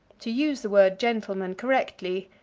to use the word gentleman correctly,